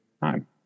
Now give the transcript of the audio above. time